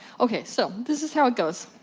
ok, so, this is how it goes,